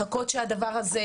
מחכות לעצור את הדבר הזה,